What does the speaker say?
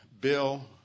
Bill